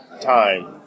time